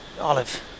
Olive